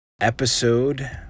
episode